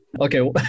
Okay